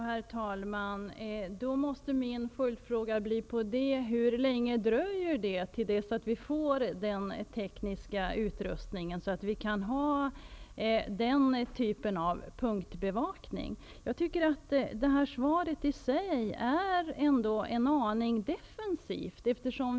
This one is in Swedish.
Herr talman! Min följdfråga måste då bli hur länge det dröjer tills vi får den tekniska utrustningen, så att vi kan ha denna typ av punktbevakning. Svaret är en aning defensivt.